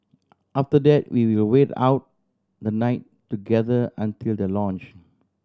after that we will wait out the night together until the launch